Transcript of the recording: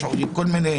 יש כל מיני